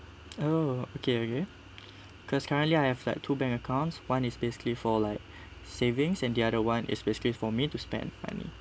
oh okay okay because currently I have like two bank accounts one is basically for like savings and the other [one] is basically for me to spend money